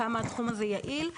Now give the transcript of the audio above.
כמה התחום הזה יעיל.